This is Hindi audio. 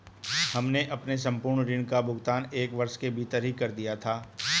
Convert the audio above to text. हमने अपने संपूर्ण ऋण का भुगतान एक वर्ष के भीतर ही कर दिया था